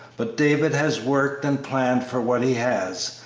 but david has worked and planned for what he has,